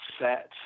set